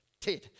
Ted